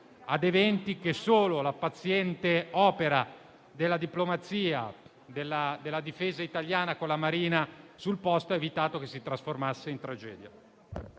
ad eventi che solo la paziente opera della diplomazia e della Difesa italiana con la Marina sul posto ha evitato che si trasformassero in tragedia.